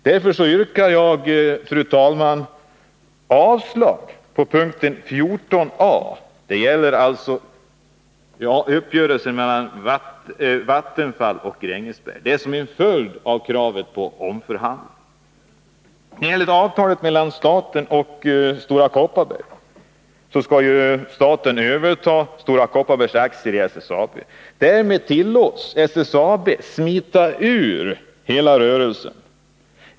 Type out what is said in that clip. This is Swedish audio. Därför yrkar jag, fru talman, avslag på punkt 14 a, som gäller uppgörelsen mellan Vattenfall och Gränges och är en följd av kravet på omförhandling. Enligt avtalet mellan staten och Stora Kopparberg skall staten överta Stora Kopparbergs aktier i SSAB. Därmed tillåts Stora Kopparberg smita ur hela rörelsen.